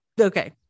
Okay